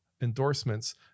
endorsements